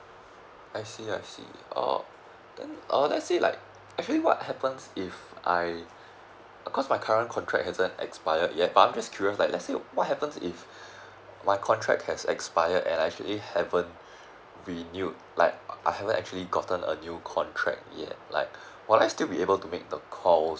I see I see uh then let say like actually what happens if I because my current contract hasn't expired yet but I'm just curious like let's say what happens if my contract has expired and I actually haven't renewed like I haven't actually gotten a new contract yet like would I still be able to make the call